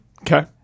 Okay